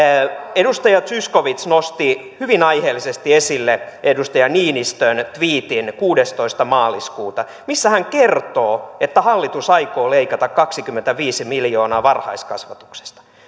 edustaja zyskowicz nosti hyvin aiheellisesti esille edustaja niinistön tviitin kuudestoista maaliskuuta missä hän kertoo että hallitus aikoo leikata kaksikymmentäviisi miljoonaa varhaiskasvatuksesta